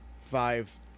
five